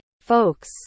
folks